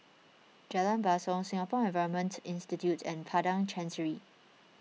Jalan Basong Singapore Environment Institute and Padang Chancery